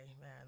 man